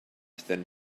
than